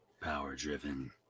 Power-driven